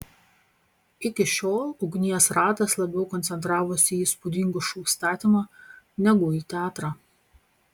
iki šiol ugnies ratas labiau koncentravosi į įspūdingų šou statymą negu į teatrą